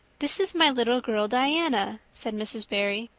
this is my little girl diana, said mrs. barry.